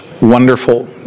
wonderful